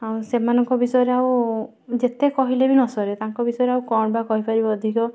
ଆଉ ସେମାନଙ୍କ ବିଷୟରେ ଆଉ ଯେତେ କହିଲେ ବି ନ ସରେ ତାଙ୍କ ବିଷୟରେ ଆଉ କ'ଣ ବା କହିପାରିବି ଅଧିକ